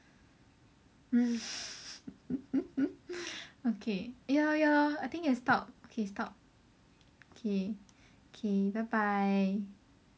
okay ya lor ya lor I think can stop can stop okay bye bye